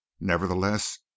nevertheless